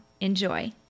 Enjoy